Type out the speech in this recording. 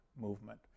movement